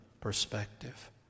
perspective